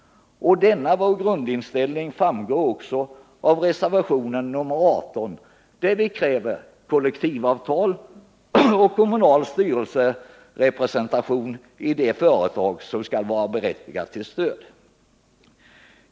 Denna vår grundinställning framgår av reservationen 18, där vi kräver kollektivavtal och kommunal styrelserepresentation för att ett företag skall vara berättigat till stöd.